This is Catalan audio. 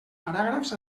paràgrafs